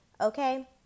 Okay